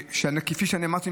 כפי שאני אמרתי,